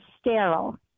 sterile